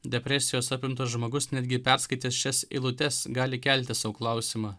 depresijos apimtas žmogus netgi perskaitęs šias eilutes gali kelti sau klausimą